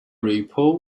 report